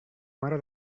mare